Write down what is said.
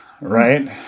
Right